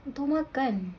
[tau] makan